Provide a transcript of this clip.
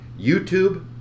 YouTube